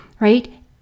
right